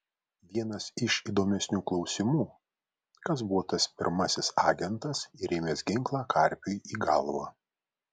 vienas iš įdomesnių klausimų kas buvo tas pirmasis agentas įrėmęs ginklą karpiui į galvą